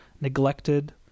neglected